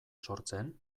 sortzen